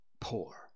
poor